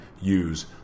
use